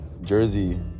Jersey